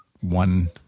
one